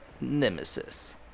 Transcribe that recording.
nemesis